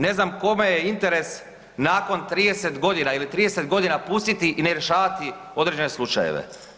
Ne znam kome je interes nakon 30 godina ili 30 godina pustiti i ne rješavati određene slučajeve.